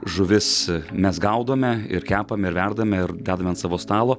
žuvis mes gaudome ir kepam ir verdame ir dedam ant savo stalo